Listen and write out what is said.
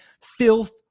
filth